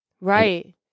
right